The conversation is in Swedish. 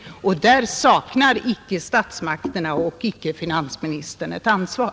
Och där saknar icke statsmakterna och icke finansministern ett ansvar.